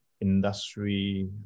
industry